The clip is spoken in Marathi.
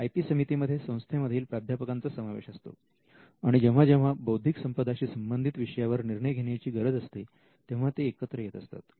आय पी समितीमध्ये संस्थेमधील प्राध्यापकांचा समावेश असतो आणि जेव्हा जेव्हा बौद्धिक संपदा शी संबंधित विषयावर निर्णय घेण्याची गरज असते तेव्हा ते एकत्र येत असतात